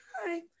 hi